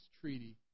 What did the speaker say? treaty